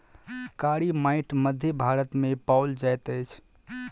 कारी माइट मध्य भारत मे पाओल जाइत अछि